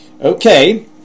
Okay